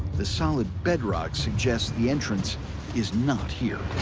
the solid bedrock suggests the entrance is not here.